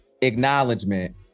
acknowledgement